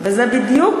וזה בדיוק